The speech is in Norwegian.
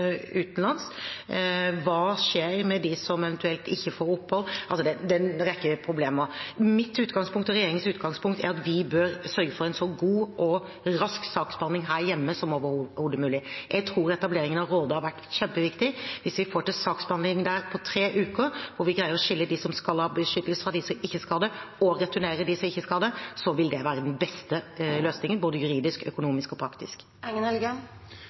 utenlands. Hva skjer med dem som eventuelt ikke får opphold? Det er en rekke problemer. Mitt utgangspunkt og regjeringens utgangspunkt er at vi bør sørge for en så god og rask saksbehandling her hjemme som overhodet mulig. Jeg tror etableringen av Råde har vært kjempeviktig. Hvis vi får til saksbehandling der på tre uker – hvor vi greier å skille dem som skal ha beskyttelse, fra dem som ikke skal ha det, og returnere dem som ikke skal ha det – vil det være den beste løsningen både juridisk, økonomisk og praktisk.